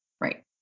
Right